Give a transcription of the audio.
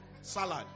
Salad